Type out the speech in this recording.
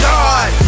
God